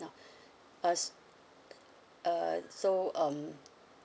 now uh uh so um